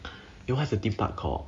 what's the theme park called